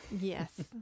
Yes